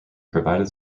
provided